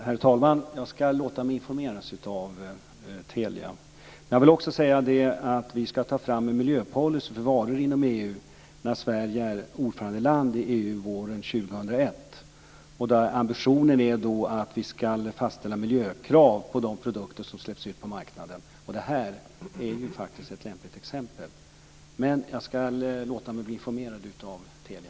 Herr talman! Jag ska låta mig informeras av Telia. Jag vill också säga att vi ska ta fram en miljöpolicy för varor inom EU tills Sverige blir ordförandeland i EU år 2001. Ambitionen är att vi ska fastställa miljökrav på de produkter som släpps ut på marknaden, och det här är faktiskt ett lämpligt exempel. Jag ska som sagt låta mig bli informerad av Telia.